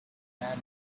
bandage